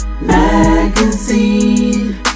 Magazine